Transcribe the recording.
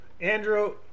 Andrew